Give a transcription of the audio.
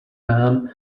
man